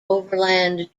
overland